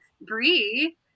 Bree